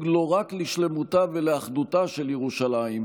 לא רק לשלמותה ולאחדותה של ירושלים,